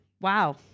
Wow